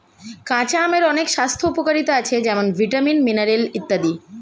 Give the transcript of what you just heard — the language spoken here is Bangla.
কাঁচা আমের অনেক স্বাস্থ্য উপকারিতা আছে যেমন ভিটামিন, মিনারেল ইত্যাদি